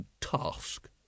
task